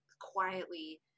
quietly